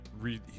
read